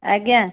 ଆଜ୍ଞା